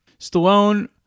Stallone